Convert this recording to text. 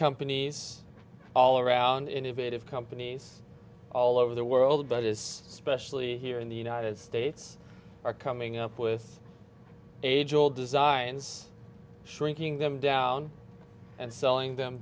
companies all around innovative companies all over the world by this especially here in the united states are coming up with age old designs shrinking them down and selling them